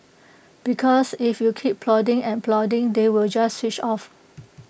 because if you keep prodding and prodding they will just switch off